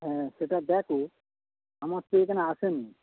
হ্যাঁ সেটা দেখো আমার তো এখানে আসেনি